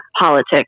politics